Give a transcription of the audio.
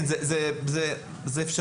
זה לא ועדה שצריך להקים.